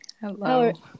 Hello